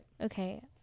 Okay